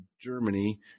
Germany